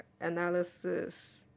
analysis